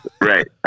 Right